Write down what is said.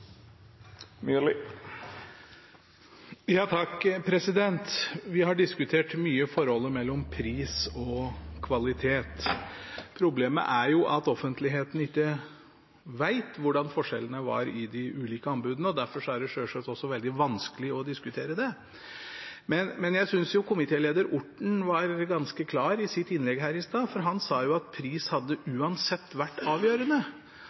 jo at offentligheten ikke vet hva forskjellene var i de ulike anbudene, og derfor er det jo selvsagt også veldig vanskelig å diskutere det. Jeg synes komitéleder Orten var ganske klar i sitt innlegg her i stad, for han sa jo at pris uansett hadde vært avgjørende.